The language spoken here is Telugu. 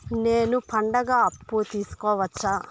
నేను పండుగ అప్పు తీసుకోవచ్చా?